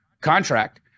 contract